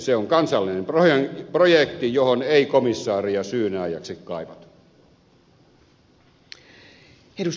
se on kansallinen projekti johon ei komissaaria syynääjäksi kaivata